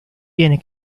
vieni